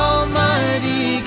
Almighty